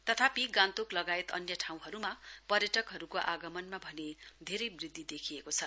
तथापि गान्तोक लगायत अन्य ठाउँहरूमा पर्यटकहरूको आगमनमा भने धेरै वृद्धि देखिएको छ